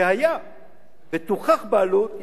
והיה ותוכח בעלות,